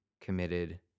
committed